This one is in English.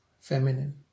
feminine